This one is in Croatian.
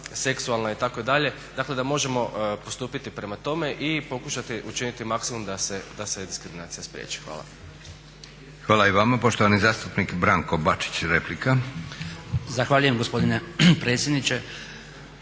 seksualna itd., dakle da možemo postupiti prema tome i pokušati učiniti maksimum da se diskriminacija spriječi. Hvala. **Leko, Josip (SDP)** Hvala i vama. Poštovani zastupnik Branko Bačić, replika. **Bačić, Branko (HDZ)** Zahvaljujem gospodine predsjedniče.